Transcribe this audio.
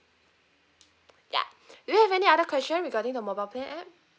ya do you have any other question regarding the mobile plan app